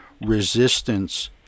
resistance